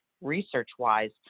research-wise